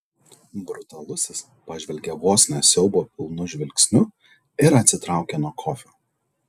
brutalusis pažvelgė vos ne siaubo pilnu žvilgsniu ir atsitraukė nuo kofio